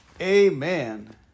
amen